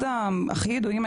אחד הכי ידועים,